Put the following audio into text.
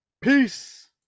Peace